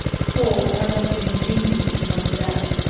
for, as has been ingeniously pointed out,